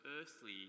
earthly